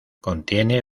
contiene